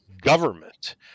government